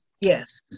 yes